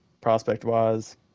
prospect-wise